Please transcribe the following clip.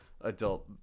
adult